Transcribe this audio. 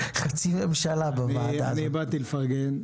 באתי לפרגן.